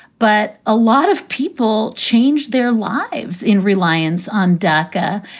but a lot of people changed their lives in reliance on dacca.